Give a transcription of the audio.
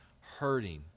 hurting